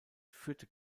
führte